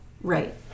Right